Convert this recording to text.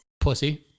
pussy